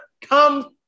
come